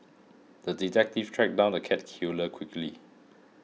the detective tracked down the cat killer quickly